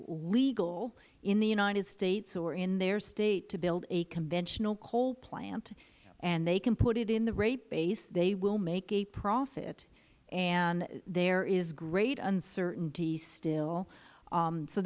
legal in the united states or in their state to build a conventional coal plant and they can put it in the rate base they will make a profit and there are great uncertainties still